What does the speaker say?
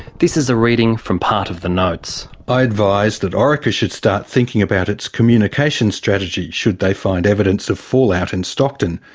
this is a reading from part of the notes reading i advised that orica should start thinking about its communication strategy should they find evidence of fallout in stockton.